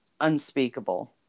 unspeakable